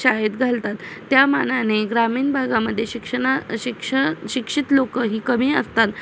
शाळेत घालतात त्यामानाने ग्रामीण भागामध्ये शिक्षणा शिक्ष शिक्षित लोकं ही कमी असतात